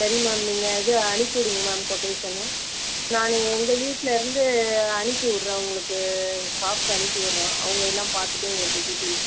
சரி மேம் நீங்கள் இது அனுப்பிச்சி விடுங்க மேம் கொட்டேஷனு நான் எங்கள் வீட்டில் இருந்து அனுப்பி விட்றோம் உங்களுக்கு ஸ்டாஃப்ஸ் அனுப்பி விட்றோம் அவங்க எல்லாம் பார்த்துட்டு உங்களுக்கு டீட்டெயில்ஸ் கொடுப்பாங்க